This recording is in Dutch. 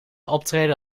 optreden